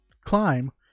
climb